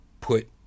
put